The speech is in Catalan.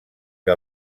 que